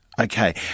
Okay